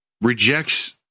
rejects